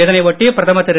இதனை ஒட்டி பிரதமர் திரு